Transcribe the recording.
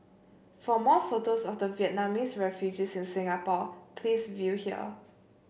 for more photos of the Vietnamese refugees in Singapore please view here